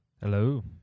Hello